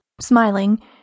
Smiling